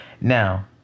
Now